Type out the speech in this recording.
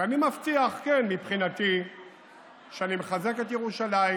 ואני מבטיח מבחינתי שאני מחזק את ירושלים